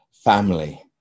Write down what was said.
family